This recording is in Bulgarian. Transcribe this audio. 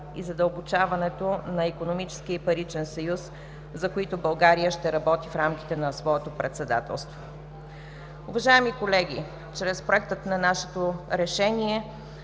и задълбочаването на икономическия и паричен съюз, за които България ще работи в рамките на своето председателство. Уважаеми колеги, чрез Проекта на нашето решение